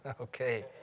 okay